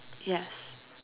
yes